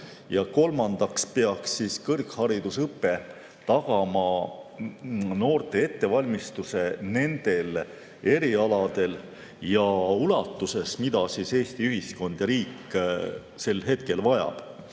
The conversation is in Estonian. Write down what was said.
Kolmandaks peaks kõrgharidusõpe tagama noorte ettevalmistuse nendel erialadel ja ulatuses, mida Eesti ühiskond ja riik sel hetkel vajab